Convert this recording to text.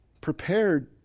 prepared